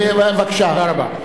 תודה רבה.